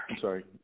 sorry